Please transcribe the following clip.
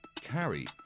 carry